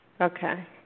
Okay